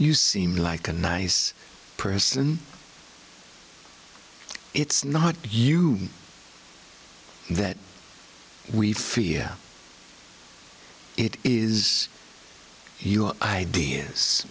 you seem like a nice person it's not you that we fear it is your ideas